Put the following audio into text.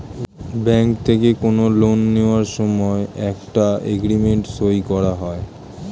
bank থেকে কোনো loan নেওয়ার সময় একটা এগ্রিমেন্ট সই করা হয়